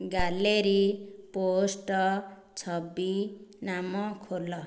gallery post ଛବି ନାମ ଖୋଲ